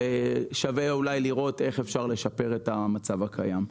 שווה אולי לראות איך אפשר לשפר את המצב הקיים?